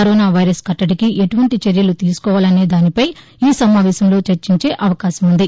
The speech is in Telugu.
కరోనా వైరస్ కట్టదికి ఎటువంటి చర్యలు తీసుకోవాలనేదానిపై ఈ సమావేశంలో చర్చించే అవకాశం ఉంది